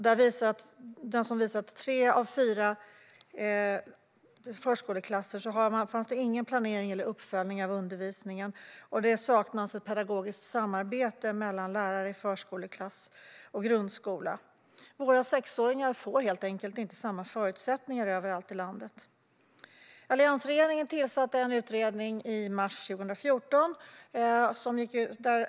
Den visade att i tre av fyra förskoleklasser fanns det ingen planering eller uppföljning av undervisningen, och det saknades ett pedagogiskt samarbete mellan lärare i förskoleklass och lärare i grundskola. Våra sexåringar får helt enkelt inte samma förutsättningar överallt i landet. Alliansregeringen tillsatte en utredning i mars 2014.